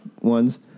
ones